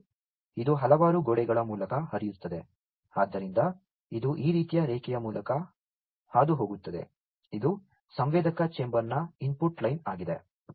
ಮತ್ತು ಇದು ಹಲವಾರು ಗೋಡೆಗಳ ಮೂಲಕ ಹರಿಯುತ್ತದೆ ಆದ್ದರಿಂದ ಇದು ಈ ರೀತಿಯ ರೇಖೆಯ ಮೂಲಕ ಹಾದುಹೋಗುತ್ತದೆ ಇದು ಸಂವೇದಕ ಚೇಂಬರ್ನ ಇನ್ಪುಟ್ ಲೈನ್ ಆಗಿದೆ